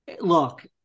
look